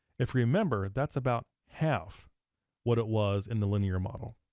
if we remember, that's about half what it was in the linear model.